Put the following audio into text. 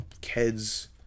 kids